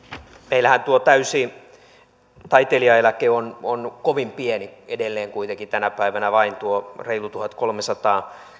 meillähän tuo täysi taiteilijaeläke on kovin pieni edelleen kuitenkin tänä päivänä vain tuo reilu tuhatkolmesataa